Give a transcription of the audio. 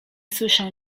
słyszę